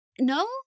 No